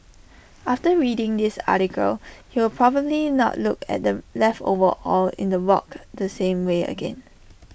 after reading this article you will probably not look at the leftover oil in the wok the same way again